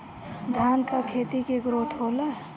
धान का खेती के ग्रोथ होला?